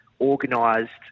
organised